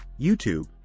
YouTube